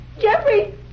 Jeffrey